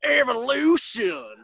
Evolution